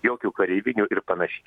jokių kareivinių ir panašiai